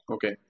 Okay